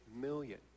million